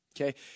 Okay